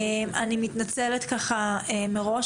אני מתנצלת מראש,